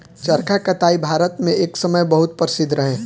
चरखा कताई भारत मे एक समय बहुत प्रसिद्ध रहे